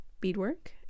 beadwork